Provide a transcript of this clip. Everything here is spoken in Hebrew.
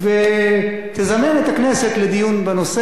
תזמן את הכנסת לדיון בנושא,